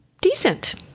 Decent